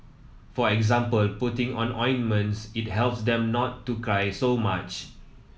for example putting on ointments it helps them not to cry so much